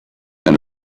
and